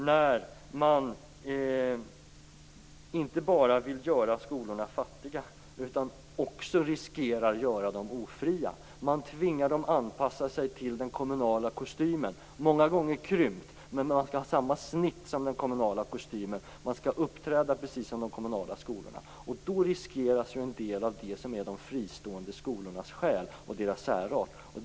Man vill inte bara göra skolorna fattiga, man riskerar också att göra dem ofria. De tvingas anpassa sig till den kommunala kostymen som många gånger har krympt, men det skall vara samma snitt som på den kommunala kostymen. De fristående skolorna skall uppträda precis som de kommunala skolorna. Då riskeras en del av det som är de fristående skolornas själ och deras särart.